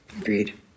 Agreed